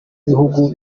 bihugu